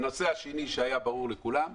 הנושא השני שהיה ברור לכולם: